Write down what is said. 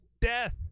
death